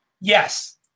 Yes